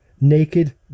Naked